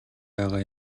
байгаа